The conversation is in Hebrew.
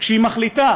כשהיא מחליטה